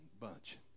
bunch